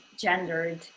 gendered